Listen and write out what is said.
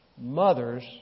Mothers